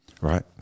right